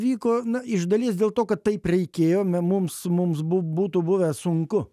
vyko iš dalies dėl to kad taip reikėjo me mums mums bū būtų buvę sunku